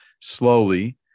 slowly